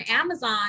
Amazon